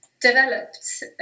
developed